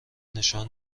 نشان